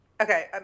okay